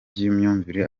cy’imyumvire